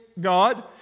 God